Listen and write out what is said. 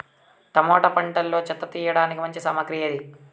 Tomato పంటలో చెత్త తీయడానికి మంచి సామగ్రి ఏది?